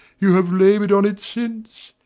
you have laboured on it, since.